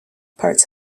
parts